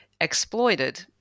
exploited